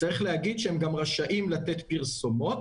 צריך להגיד שהם גם רשאים לתת פרסומות.